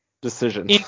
Decision